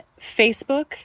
Facebook